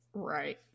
Right